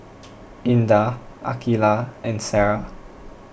Indah Aqilah and Sarah